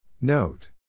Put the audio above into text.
Note